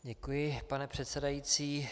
Děkuji, pane předsedající.